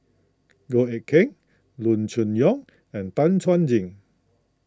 Goh Eck Kheng Loo Choon Yong and Tan Chuan Jin